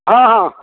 हँ हँ